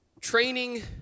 Training